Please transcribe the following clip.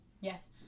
Yes